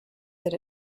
that